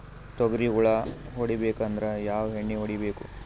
ತೊಗ್ರಿ ಹುಳ ಹೊಡಿಬೇಕಂದ್ರ ಯಾವ್ ಎಣ್ಣಿ ಹೊಡಿಬೇಕು?